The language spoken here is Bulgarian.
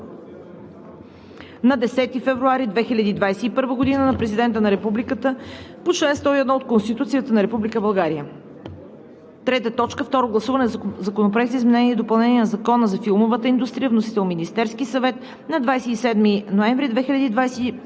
от 10 февруари 2021 г. на Президента на Републиката по чл. 101 от Конституцията на Република България. 3. Второ гласуване на Законопроекта за изменение и допълнение на Закона за филмовата индустрия. Внесен е от Министерския съвет на 27 ноември 2020 г.